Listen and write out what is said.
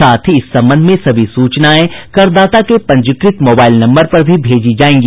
साथ ही इस संबंध में सभी सूचनाएं करदाता के पंजीकृत मोबाईल नम्बर पर भी भेजी जायेंगी